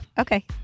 okay